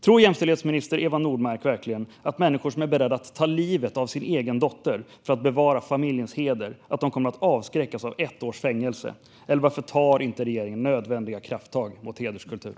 Tror jämställdhetsminister Eva Nordmark verkligen att människor som är beredda att ta livet av sin egen dotter för att bevara familjens heder kommer att avskräckas av ett års fängelse, eller varför tar regeringen inte nödvändiga krafttag mot hederskultur?